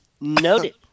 Noted